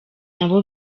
nabo